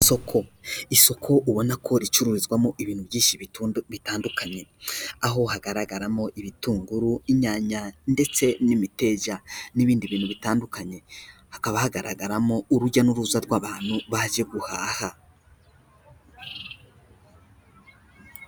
Isoko, isoko ubona ko ricurururizwamo ibintu byinshi bitu bitandukanye aho hagaragaramo ibitunguru, inyanya ndetse n'imiteja n'ibindi bintu bitandukanye hakaba hagaragaramo urujya n'uruza rw'abantu baje guhaha.